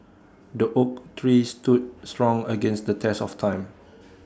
the oak tree stood strong against the test of time